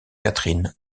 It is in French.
catherine